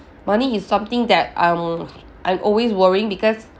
money is something that I'm I'm always worrying because